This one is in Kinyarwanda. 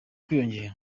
kwiyongera